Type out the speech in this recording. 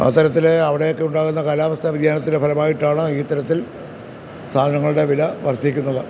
അത്തരത്തിൽ അവിടെയൊക്കെ ഉണ്ടാകുന്ന കാലാവസ്ഥാ വ്യതിയാനത്തിൻ്റെ ഫലമായിട്ടാണ് ഇത്തരത്തിൽ സാധനങ്ങളുടെ വില വർദ്ധിക്കുന്നത്